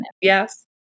Yes